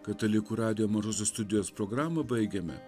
katalikų radijo mažosios studijos programą baigiame